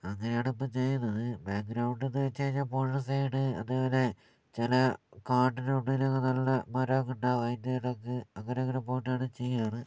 അങ്ങനെയാണിപ്പോൾ ചെയ്യുന്നത് ബാക്ഗ്രൗണ്ടെന്നു വെച്ച് കഴിഞ്ഞാൽ പുഴ സൈഡ് അതുപോലെ ചില കാടിനുള്ളിൽ നല്ല മരങ്ങളൊക്കെ ഉണ്ടാകും അതിൻ്റെ ഇടയ്ക്ക് അങ്ങനങ്ങനെ പോയിട്ടാണ് ചെയ്യാറ്